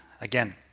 again